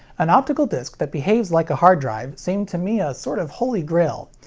an optical disc that behaves like a hard drive seemed to me a sort of holy grail,